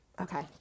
Okay